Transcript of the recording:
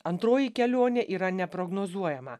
antroji kelionė yra neprognozuojama